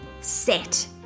Set